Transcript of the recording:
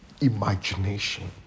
imagination